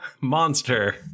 Monster